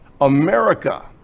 America